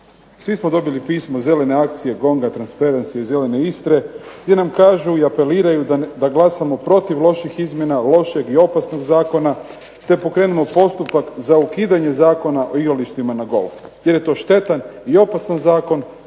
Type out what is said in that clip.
Svi smo dobili pismo Zelene akcije, GONG-a, Transparency i Zelene Istre gdje nam kažu i apeliraju da glasamo protiv loših izmjena lošeg i opasnog zakona te pokrenemo postupak za ukidanje Zakona o igralištima za golf jer je to štetan i opasan zakon,